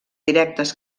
directes